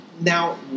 now